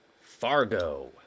Fargo